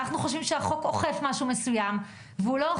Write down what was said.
אנחנו חושבים שהחוק אוכף משהו מסוים, והוא לא.